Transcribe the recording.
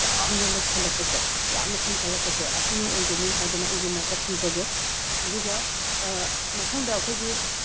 ꯌꯥꯝꯅ ꯂꯩꯁꯤꯜꯂꯛꯄꯁꯦ ꯌꯥꯝꯅ ꯍꯦꯟꯒꯠꯂꯛꯄꯁꯦ ꯑꯁꯤꯅ ꯑꯣꯏꯒꯅꯤ ꯍꯥꯏꯗꯅ ꯑꯩꯒꯤ ꯃꯣꯠꯇ ꯊꯝꯖꯒꯦ ꯑꯗꯨꯒ ꯃꯊꯪꯗ ꯑꯩꯈꯣꯏꯒꯤ